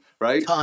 right